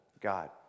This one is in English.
God